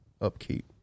upkeep